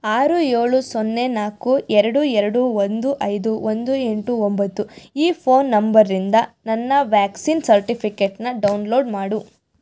ಆರು ಏಳು ಸೊನ್ನೆ ನಾಲ್ಕು ಎರಡು ಎರಡು ಒಂದು ಐದು ಒಂದು ಎಂಟು ಒಂಬತ್ತು ಈ ಫೋನ್ ನಂಬರಿಂದ ನನ್ನ ವ್ಯಾಕ್ಸಿನ್ ಸರ್ಟಿಫಿಕೇಟನ್ನ ಡೌನ್ಲೋಡ್ ಮಾಡು